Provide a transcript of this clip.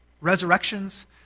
resurrections